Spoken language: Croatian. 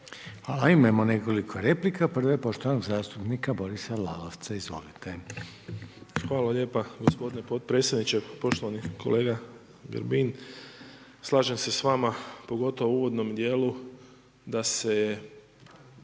Imamo nekoliko replika. Prva je poštovanog zastupnika Borisa Lalovca, izvolite. **Lalovac, Boris (SDP)** Hvala lijepa gospodine potpredsjedniče. Poštovani kolega Grbin, slažem se s vama, pogotovo u uvodnom dijelu da se